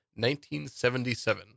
1977